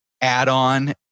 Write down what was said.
add-on